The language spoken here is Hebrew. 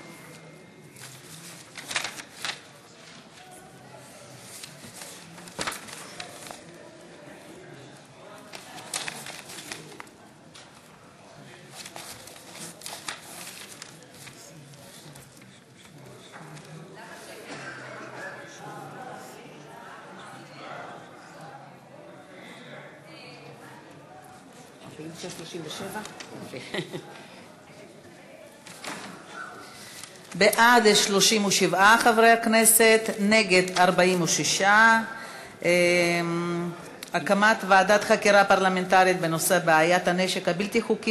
46. הקמת ועדת חקירה פרלמנטרית בנושא הנשק הבלתי-החוקי